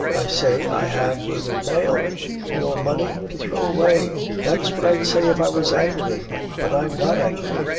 i say, i have naither male nor money to throw away. that's what i'd say if i was angry but i'm not angry.